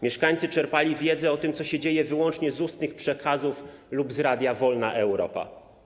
Mieszkańcy czerpali wiedzę o tym, co się dzieje, wyłącznie z ustnych przekazów lub z Radia Wolna Europa.